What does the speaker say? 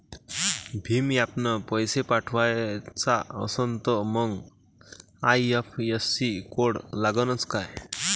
भीम ॲपनं पैसे पाठवायचा असन तर मंग आय.एफ.एस.सी कोड लागनच काय?